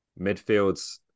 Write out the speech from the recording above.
midfields